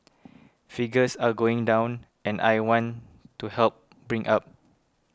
figures are going down and I want to help bring up